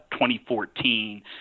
2014